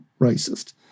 racist